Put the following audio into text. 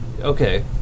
Okay